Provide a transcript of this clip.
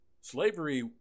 slavery